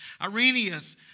Irenaeus